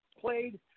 played